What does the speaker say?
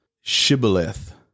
Shibboleth